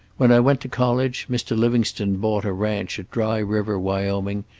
when i went to college mr. livingstone bought a ranch at dry river, wyoming,